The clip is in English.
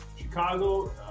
Chicago –